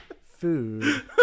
food